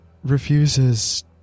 refuses